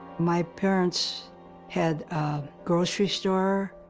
my parents had a grocery store.